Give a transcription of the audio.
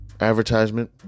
advertisement